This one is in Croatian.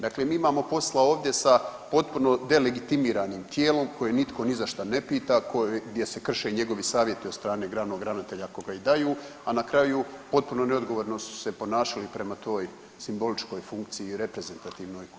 Dakle, mi imamo posla ovdje sa potpuno delegitimiranim tijelom koje nitko ni zašta ne pita, gdje se krše njegovi savjeti od strane glavnog ravnatelja ako ga i daju, a na kraju potpuno neodgovorno su se ponašali prema toj simboličkoj funkciji i reprezentativoj koju